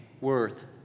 worth